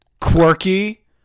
quirky